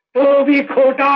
be caught